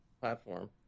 platform